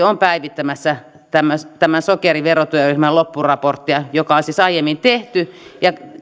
on päivittämässä tämän sokeriverotyöryhmän loppuraporttia joka on siis aiemmin tehty